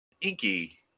Inky